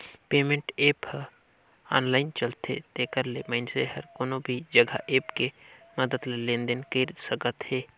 payment app ह online चलथे तेखर ले मइनसे हर कोनो भी जघा ऐप के मदद ले लेन देन कइर सकत हे